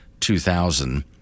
2000